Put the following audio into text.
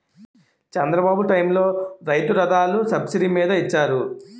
చంద్రబాబు టైములో రైతు రథాలు సబ్సిడీ మీద ఇచ్చారు